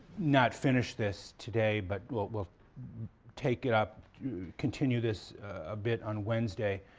not finish this today but we'll take it up continue this a bit on wednesday,